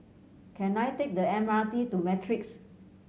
can I take the M R T to Matrix